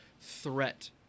threat